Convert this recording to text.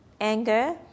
anger